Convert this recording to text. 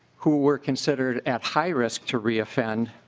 who were considered at high risk to reoffend